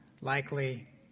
likely